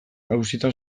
auzitan